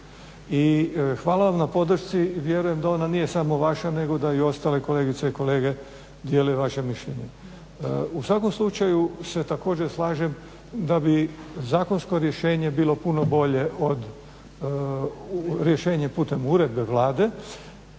hvala vam na podršci, vjerujem da ona nije samo vaša nego da i ostale kolegice i kolege dijele vaše mišljenje. U svakom slučaju se također slažem da bi zakonsko rješenje bilo puno bolje od rješenja putem uredbe Vlade.